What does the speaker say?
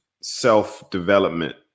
self-development